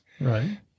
Right